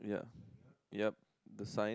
yup yup the sign